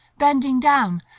bending down,